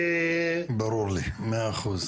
ברור לי, מאה אחוז.